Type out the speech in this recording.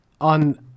on